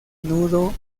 nudo